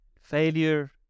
failure